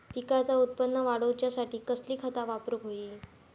पिकाचा उत्पन वाढवूच्यासाठी कसली खता वापरूक होई?